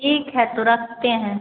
ठीक है तो रखते हैं